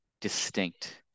distinct